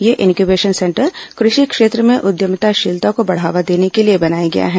ये incubation centre कृषि क्षेत्र में उद्यमिताशीलता को बढ़ावा देने के लिए बनाया गया है